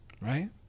Right